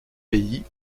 pays